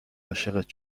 عاشقت